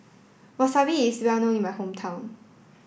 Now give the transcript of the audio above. Wasabi is well known in my hometown